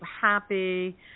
happy